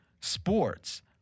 sports